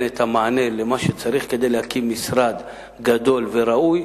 את המענה למה שצריך כדי להקים משרד גדול וראוי,